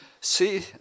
See